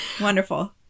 Wonderful